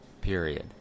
period